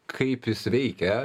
kaip jis veikia